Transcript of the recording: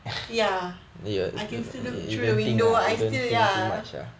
ya I can still look through the window I still ya